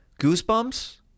goosebumps